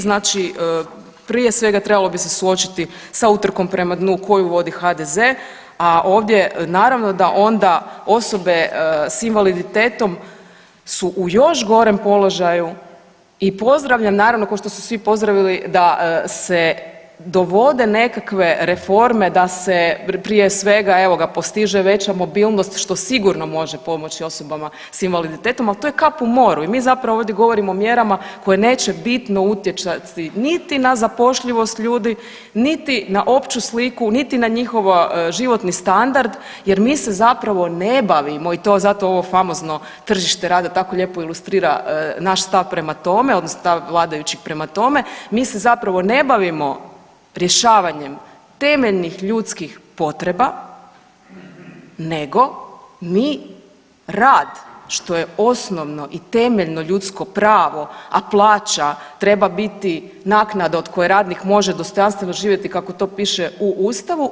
Znači, prije svega, trebalo bi se suočiti sa utrkom prema dnu koju vodi HDZ, a ovdje naravno da onda osobe s invaliditetom su u još gorem položaju, i pozdravljam naravno, kao što su svi pozdravili da se dovode nekakve reforme, da se, prije svega, evo ga, postiže veća mobilnost, što sigurno može pomoći osobama s invaliditetom, ali to je kap u moru i mi zapravo ovdje govorimo o mjerama koje neće bitno utjecati niti na zapošljivost ljudi niti na opću sliku niti na njihovi životni standard jer mi se zapravo ne bavimo, i to zato ovo famozno tržište rada tako lijepo ilustrira naš stav prema tome, odnosno stav vladajućih prema tome, mi se zapravo ne bavimo rješavanjem temeljnih ljudskih potreba nego mi rad, što je osnovno i temeljno ljudsko pravo, a plaća treba biti naknada od koje radnik može dostojanstveno živjeti kako to piše u ustavu.